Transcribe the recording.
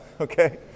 Okay